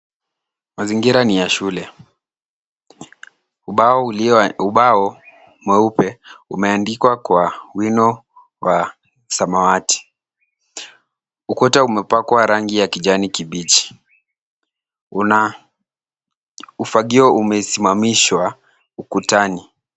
Mazingira ni ya shule . Ubao mweupe umeandikwa kwa wino wa samawati. Ukuta umepakwa rangi ya kijani kibichi . Kuna ufagio umesimamishwa ukutani.